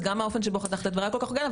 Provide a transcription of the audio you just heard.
אז גם האופן שבו חתכת את דבריי לא כל כך הוגן,